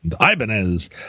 Ibanez